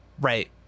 Right